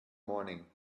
morning